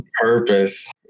purpose